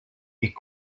est